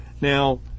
Now